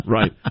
Right